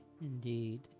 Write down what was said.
indeed